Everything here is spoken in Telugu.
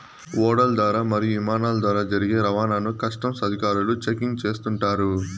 ఓడల ద్వారా మరియు ఇమానాల ద్వారా జరిగే రవాణాను కస్టమ్స్ అధికారులు చెకింగ్ చేస్తుంటారు